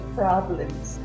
problems